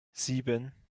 sieben